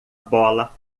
bola